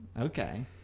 Okay